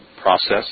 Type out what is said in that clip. process